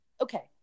Okay